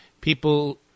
people